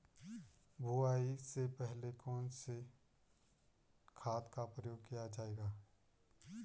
बुआई से पहले कौन से खाद का प्रयोग किया जायेगा?